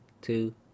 two